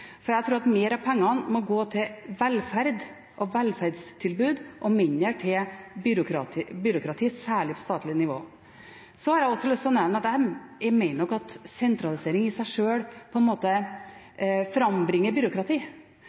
for jeg mener at mer av pengene må gå til velferd og velferdstilbud og mindre til byråkrati, særlig på statlig nivå. Så har jeg også lyst til å nevne at jeg mener at sentralisering i seg sjøl frambringer byråkrati. Istedenfor at en